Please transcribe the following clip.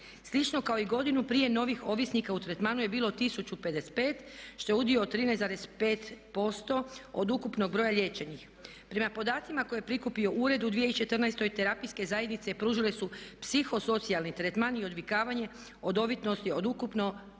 Slično kao i godinu prije novih ovisnika u tretmanu je bilo 1055 što je udio od 13,5% od ukupnog broja liječenih. Prema podacima koje je prikupio ured u 2014. terapijske zajednice pružile su psihosocijalni tretman i odvikavanje od ovisnosti od ukupno